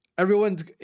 Everyone's